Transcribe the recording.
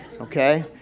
okay